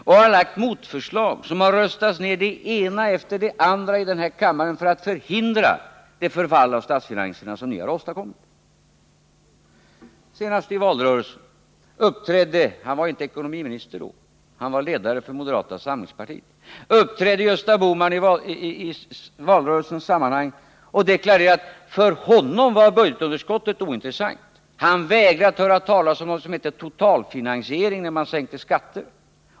Vi har lagt motförslag för att förhindra det förfall av statsfinanserna som ni åstadkommit —- förslag som det ena efter det andra har röstats ner i den här kammaren. Senast i valrörelsen uppträdde Gösta Bohman — han var då inte ekonomiminister, han var ledare för moderata samlingspartiet — och deklarerade att för honom var budgetunderskottet ointressant. Han vägrade att höra talas om någonting som hette totalfinansiering när man sänkte skatter.